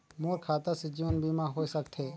मोर खाता से जीवन बीमा होए सकथे?